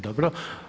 Dobro.